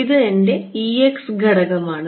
ഇത് എന്റെ ഘടകമാണ്